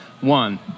one